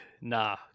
nah